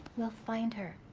we'll find her,